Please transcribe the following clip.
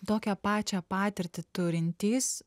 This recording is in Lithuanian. tokią pačią patirtį turintys